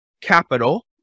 capital